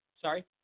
Sorry